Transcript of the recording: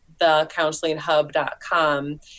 thecounselinghub.com